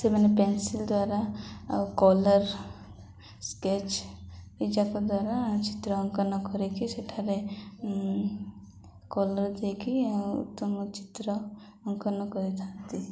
ସେମାନେ ପେନସିଲ ଦ୍ୱାରା ଆଉ କଲର୍ ସ୍କେଚ ଏଯାକ ଦ୍ୱାରା ଚିତ୍ର ଅଙ୍କନ କରିକି ସେଠାରେ କଲର୍ ଦେଇକି ଆଉ ଉତ୍ତମ ଚିତ୍ର ଅଙ୍କନ କରିଥାନ୍ତି